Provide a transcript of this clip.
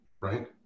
Right